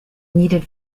needed